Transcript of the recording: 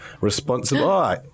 responsible